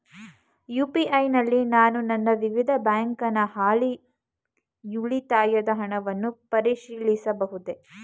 UPI ನಲ್ಲಿ ನಾನು ನನ್ನ ವಿವಿಧ ಬ್ಯಾಂಕಿನ ಹಾಲಿ ಉಳಿತಾಯದ ಹಣವನ್ನು ಪರಿಶೀಲಿಸಬಹುದೇ?